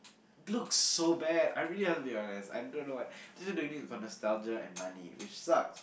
looks so back I really want to be honest I don't know what they're just doing this for nostalgia and money which sucks